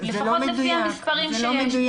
לפחות לפי המספרים שיש פה.